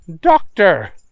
Doctor